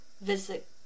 visit